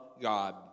God